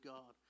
God